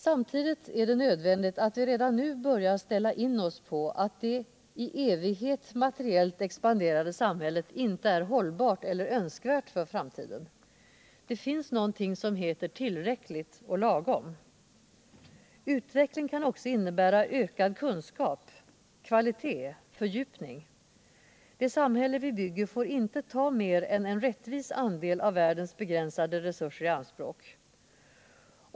Samtidigt är det nödvändigt att vi redan nu börjar ställa in oss på att det i evighet materiellt expanderande samhället inte är hållbart eller önskvärt för framtiden. Det finns någonting som heter tillräckligt och lagom. Utvecklingen kan också innebära ökad kunskap, kvalitet, fördjupning. Det samhälle vi bygger får inte ta mera än en rättvis andel av världens begränsade resurser i anspråk.